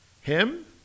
Him